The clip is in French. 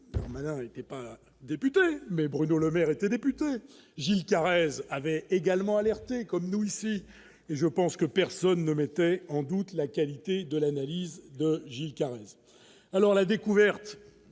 nationale était pas député mais Bruno Le Maire était député Gilles Carrez avait également alerté comme nous ici et je pense que personne ne mettait en doute la qualité de l'analyse de J. K. alors la découverte